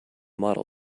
model